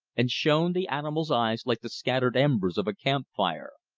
and shone the animals' eyes like the scattered embers of a camp fire.